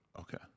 Okay